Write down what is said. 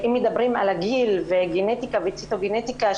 אם מדברים על הגיל וגנטיקה וציטוגנטיקה,